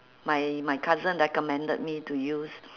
my my cousin recommended me to use